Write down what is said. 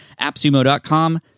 AppSumo.com